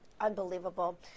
Unbelievable